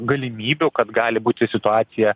galimybių kad gali būti situacija